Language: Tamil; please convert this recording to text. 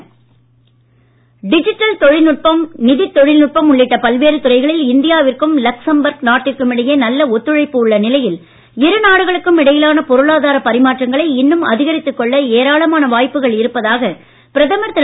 மோடி லக்சம்பர்க் டிஜிட்டல் தொழில்நுட்பம் நிதித் தொழில்நுட்பம் உள்ளிட்ட பல்வேறு துறைகளில் இந்தியாவிற்கும் லக்சம்பர்க் நாட்டிற்கும் இடையே நல்ல ஒத்துழைப்பு உள்ள நிலையில் இரு நாடுகளுக்கும் இடையிலான பொருளாதார பரிமாற்றங்களை இன்னும் அதிகரித்துக் கொள்ள ஏராளமான வாய்ப்புகள் இருப்பதாக பிரதமர் திரு